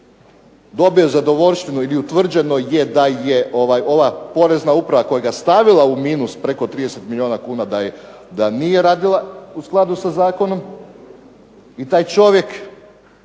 dobio zadovoljštinu ili utvrđeno je da je ova Porezna uprava koja ga stavila u minus preko 30 milijuna kuna da nije radila u skladu sa zakonom. I taj čovjek